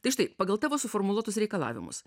tai štai pagal tavo suformuluotus reikalavimus